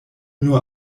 nur